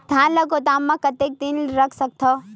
धान ल गोदाम म कतेक दिन रख सकथव?